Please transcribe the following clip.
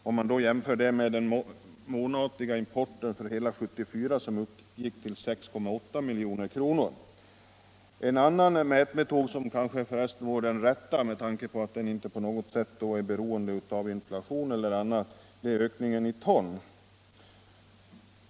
Detta kan jämföras med den månatliga importen för hela Om åtgärder för att 1974, som uppgick till 6,8 milj.kr. En annan mätmetod, som kanske rädda svensk vore den rätta med tanke på att den inte på något sätt är beroende av = skinnindustri inflation, är ökningen i ton.